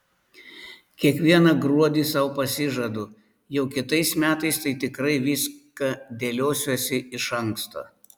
kiekvieną gruodį sau pasižadu jau kitais metais tai tikrai viską dėliosiuosi iš anksto